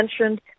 mentioned